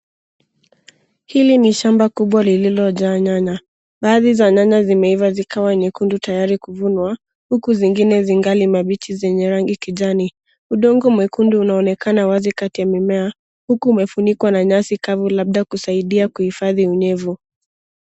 Hili ni shamba kubwa lililojaa nyanya. Baadhi za nyanya zimeiva zikwa nyekundu tayari kuvunwa huku zingine zingali mabichi zenye rangi kijani. Udongo mwekundu unaonekana wazi kati ya mimea huku umwefunikwa na nyasi kavu labda kusaidia kuifadhi unyevu.